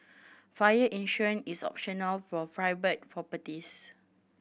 fire insurance is optional for private properties